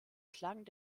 klang